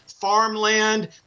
Farmland